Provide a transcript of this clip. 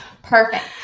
Perfect